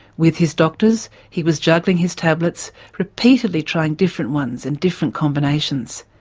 with his doctors he was juggling his tablets repeatedly trying different ones and different combinations.